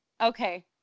Okay